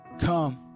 come